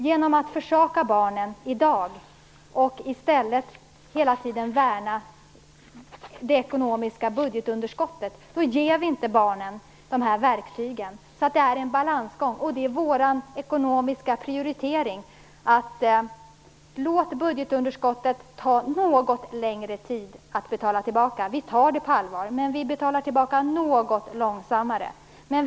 Genom att försumma barnen i dag och i stället bry oss om det ekonomiska budgetunderskottet ger vi inte barnen dessa verktyg. Det är en balansgång, och vår ekonomiska prioritering är att låta det ta något längre tid att betala tillbaka underskottet. Vi tar det på allvar, men betalar tillbaka i något långsammare takt.